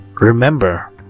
Remember